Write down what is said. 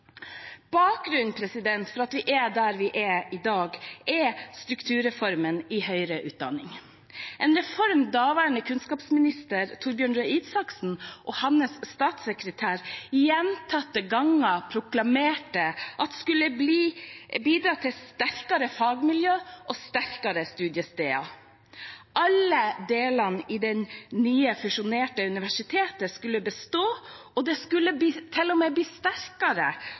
Bakgrunnen for at vi er der vi er i dag, er strukturreformen i høyere utdanning – en reform daværende kunnskapsminister Torbjørn Røe Isaksen og hans statssekretær gjentatte ganger proklamerte at skulle bidra til sterkere fagmiljø og sterkere studiesteder. Alle delene i det nye, fusjonerte universitetet skulle bestå, det skulle til og med bli sterkere